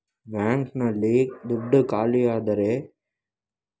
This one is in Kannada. ಬ್ಯಾಂಕ್ ನಲ್ಲಿ ದುಡ್ಡು ಖಾಲಿಯಾದರೆ ಅದರಲ್ಲಿ ಬ್ಯಾಂಕ್ ಹೇಗೆ ಕೆಲಸ ಮುಂದುವರಿಸುತ್ತದೆ?